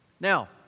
Now